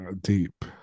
Deep